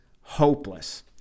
hopeless